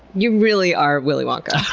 you really are willy wonka.